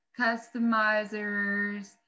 customizers